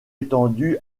étendu